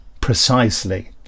precisely